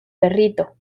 perrito